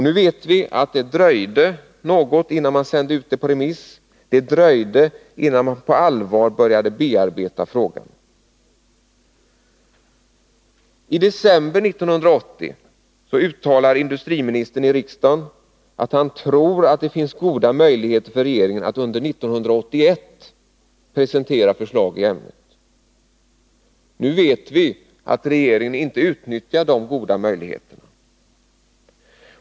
Nu vet vi att det dröjde innan man sände ut förslaget på remiss och att det dröjde innan man på allvar började bearbeta frågan. I december 1980 uttalade industriministern i riksdagen att han trodde att det fanns goda möjligheter för regeringen att under 1981 presentera förslag i ämnet. Nu vet vi att regeringen inte utnyttjade de goda möjligheterna.